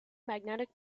magnetic